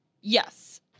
Yes